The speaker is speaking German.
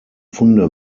funde